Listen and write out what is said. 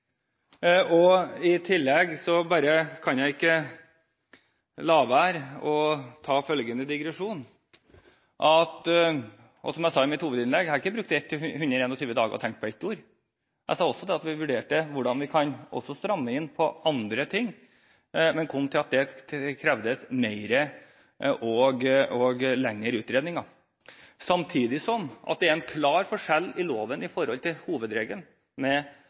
I tillegg kan jeg ikke la være å ta følgende digresjon: Som jeg sa i mitt hovedinnlegg, har jeg ikke brukt 121 dager til å tenke på ett ord. Jeg sa også at vi vurderte hvordan vi kan stramme inn på andre ting, men kom til at det krevdes mer og lengre utredninger, samtidig som det er en klar forskjell i loven med tanke på hovedregelen